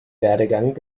werdegang